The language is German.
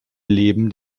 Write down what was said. leben